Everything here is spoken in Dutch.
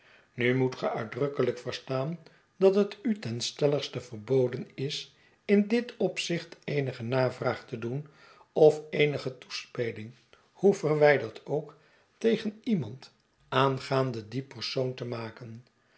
nu moet ge uitdrukkelijk verstaan dat het u ten steiligste verboden is in dit opzicht eenige navraag te doen of eenige toespeling hoe verwijderd ook tegen iemand aangaande dien persoon te maken